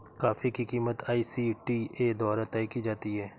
coffee की कीमत ICTA द्वारा तय की जाती है